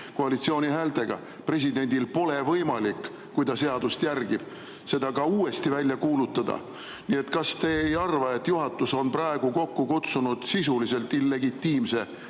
koalitsiooni häältega – presidendil pole võimalik, kui ta seadust järgib, seda välja kuulutada. Nii et kas te ei arva, et juhatus on praegu kokku kutsunud sisuliselt illegitiimse